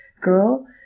girl